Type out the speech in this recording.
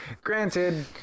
Granted